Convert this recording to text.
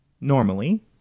normally